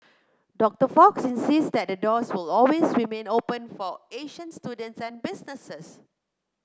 Doctor Fox insists that the doors will always remain open for Asian students and businesses